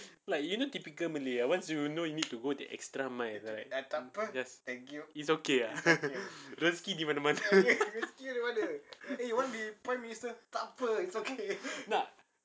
like you know typical malay ah once you know you need to go the extra mile it's okay lah rezeki di mana-mana